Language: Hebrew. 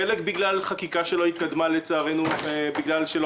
חלק בגלל חקיקה שלא התקדמה לצערנו בגלל שלא